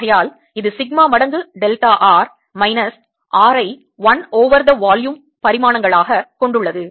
ஆகையால் இது சிக்மா மடங்கு டெல்டா r மைனஸ் R ஐ 1 ஓவர் the வால்யூம் பரிமாணங்களாக கொண்டுள்ளது